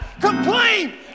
complain